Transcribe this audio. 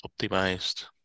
optimized